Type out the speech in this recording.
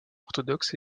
orthodoxe